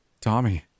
tommy